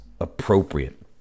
appropriate